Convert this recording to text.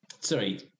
Sorry